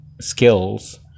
skills